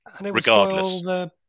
regardless